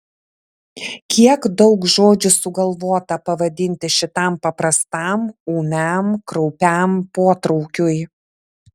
kiek daug žodžių sugalvota pavadinti šitam paprastam ūmiam kraupiam potraukiui